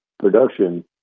production